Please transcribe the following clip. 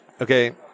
okay